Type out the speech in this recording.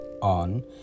on